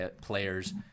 player's